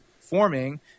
forming